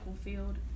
field